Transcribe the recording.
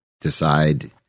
decide